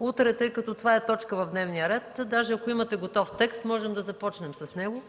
Утре, тъй като това е точка от дневния ред, ако имате готов текст, можем да започнем с него.